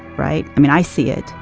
right? i mean, i see it.